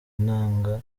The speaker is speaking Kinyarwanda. intanga